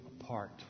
apart